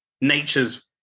nature's